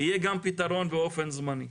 יהיה גם פתרון באופן זמני.